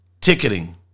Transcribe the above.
ticketing